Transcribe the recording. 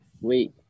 Wait